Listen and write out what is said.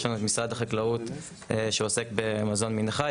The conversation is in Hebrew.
יש לנו את משרד החקלאות שעוסק במזון מן החי,